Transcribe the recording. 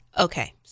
okay